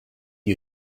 you